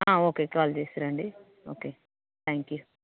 okay call చేసి రండి okay thank you